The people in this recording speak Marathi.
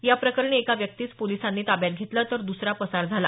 या प्रकरणी एका व्यक्तीस पोलिसांनी ताब्यात घेतलं तर दसरा पसार झाला